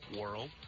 world